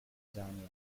tanzania